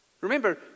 Remember